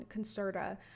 concerta